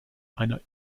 einer